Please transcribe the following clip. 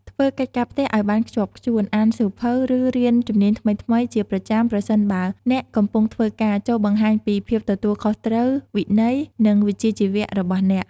ធ្វើកិច្ចការផ្ទះឱ្យបានខ្ជាប់ខ្ជួន អានសៀវភៅ ឬរៀនជំនាញថ្មីៗជាប្រចាំប្រសិនបើអ្នកកំពុងធ្វើការ ចូរបង្ហាញពី ភាពទទួលខុសត្រូវ វិន័យ និងវិជ្ជាជីវៈ របស់អ្នក ។